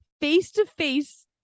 face-to-face